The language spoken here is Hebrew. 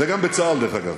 וגם בצה"ל, דרך אגב.